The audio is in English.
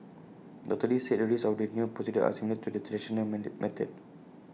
doctor lee said the risks of the new procedure are similar to the traditional method